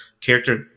character